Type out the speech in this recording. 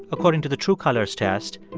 according to the true colors test,